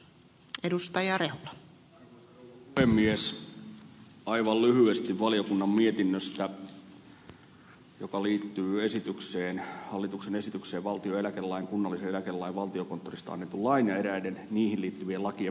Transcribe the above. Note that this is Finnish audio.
aivan lyhyesti valiokunnan mietinnöstä joka liittyy hallituksen esitykseen valtion eläkelain kunnallisen eläkelain valtiokonttorista annetun lain ja eräiden niihin liittyvien lakien muuttamisesta